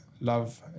love